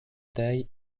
taille